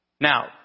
Now